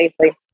safely